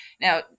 Now